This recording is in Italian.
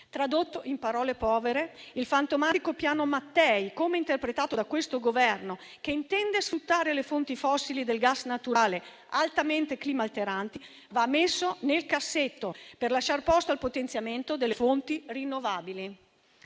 Tradotto in parole povere, il fantomatico piano Mattei, come interpretato da questo Governo, che intende sfruttare le fonti fossili del gas naturale altamente climalteranti, va messo nel cassetto per lasciare posto al potenziamento delle fonti rinnovabili.